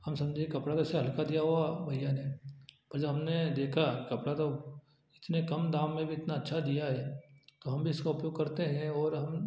हम समझे कपड़ा वैसे हल्का दिया होगा भैया ने पर जब हमने देखा कपड़ा तो इतने कम दाम में भी इतना अच्छा दिया है तो हम भी इसका उपयोग करते हैं और हम